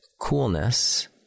coolness